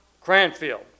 Cranfield